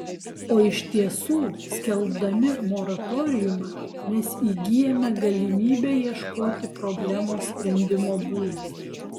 o iš tiesų skelbdami moratoriumą mes įgyjame galimybę ieškoti problemos sprendimo būdų